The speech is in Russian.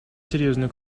серьезную